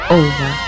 over